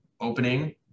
opening